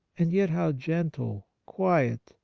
and yet how gentle, quiet,